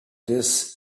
this